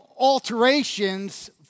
alterations